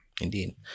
Indeed